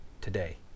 today